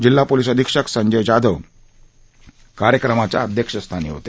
जिल्हा पोलीस अधीक्षक संजय जाधव कार्यक्रमाच्या अध्यक्षस्थानी होते